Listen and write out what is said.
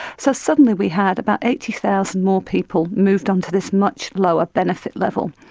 so suddenly we had about eighty thousand more people moved onto this much lower benefit level.